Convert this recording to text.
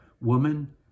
woman